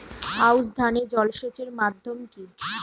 আউশ ধান এ জলসেচের মাধ্যম কি?